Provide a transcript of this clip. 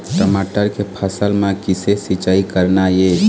टमाटर के फसल म किसे सिचाई करना ये?